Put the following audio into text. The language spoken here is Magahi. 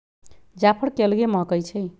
जाफर के अलगे महकइ छइ